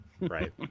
right